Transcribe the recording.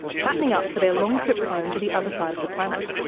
fattening up for their long trip home to the other side of the planet.